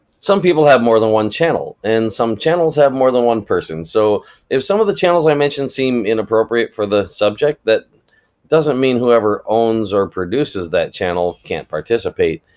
some people have more than one channel, and some channels have more than one person, so if some of the channels i mention seem inappropraite for the subject, that doesn't mean whoever owns or produces that channel can't participate.